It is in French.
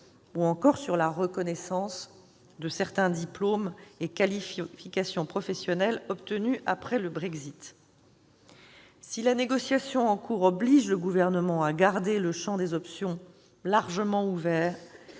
ou encore sur la reconnaissance de certains diplômes et qualifications professionnelles obtenus après le Brexit. Si la négociation en cours oblige le Gouvernement à garder le champ des options largement ouvert,